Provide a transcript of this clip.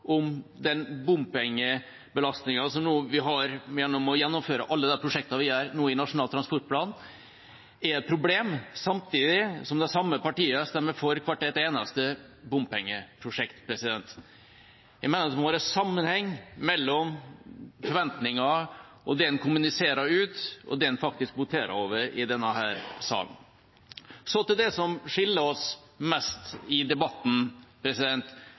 den bompengebelastningen vi har ved at vi nå gjennomfører alle de prosjektene i Nasjonal transportplan, er et problem. Samtidig stemmer de samme partiene for hvert eneste bompengeprosjekt. Jeg mener det må være sammenheng mellom forventninger og det en kommuniserer ut, og hvordan en faktisk voterer i denne salen. Så til det som skiller oss mest i debatten,